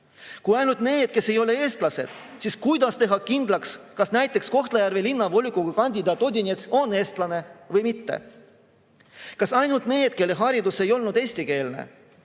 Kui ainult need, kes ei ole eestlased, siis kuidas teha kindlaks, kas näiteks Kohtla-Järve Linnavolikogu kandidaat Odinets on eestlane või mitte? Kas ainult need, kelle haridus ei olnud eestikeelne?